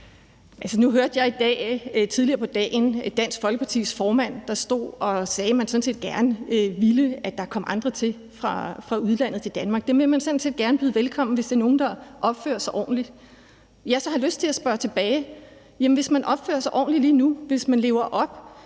Nu hørte jeg tidligere i dag, at Dansk Folkepartis formand stod og sagde, at man sådan set gerne ville, at der kom andre til Danmark fra udlandet, og dem vil man sådan set gerne byde velkommen, hvis det er nogen, der opfører sig ordentligt. Jeg har så lyst til at spørge tilbage: Hvis man opfører sig ordentligt lige nu, hvis man lever op